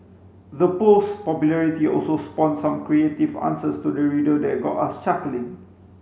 the post's popularity also spawned some creative answers to the riddle that got us chuckling